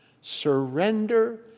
surrender